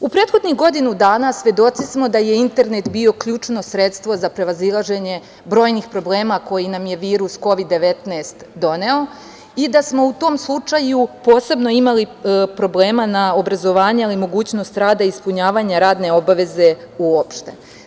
U prethodnih godinu dana svedoci smo da je internet bio ključno sredstvo za prevazilaženje brojnih problema koji nam je virus Kovid 19 doneo i da smo u tom slučaju posebno imali problema u obrazovanju, ali i mogućnost rada i ispunjavanja radne obaveze uopšte.